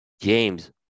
James